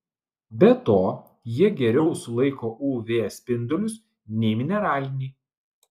be to jie geriau sulaiko uv spindulius nei mineraliniai